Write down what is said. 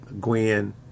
Gwen